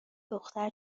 دختر